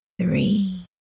three